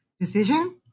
decision